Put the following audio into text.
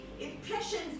impressions